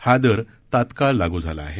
हा दर तात्काळ लागू झाला आहे